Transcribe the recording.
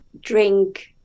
drink